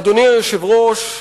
אדוני היושב-ראש,